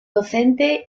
docente